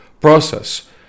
process